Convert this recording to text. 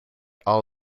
all